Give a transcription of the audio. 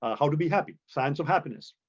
ah how to be happy? science of happiness.